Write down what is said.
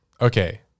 Okay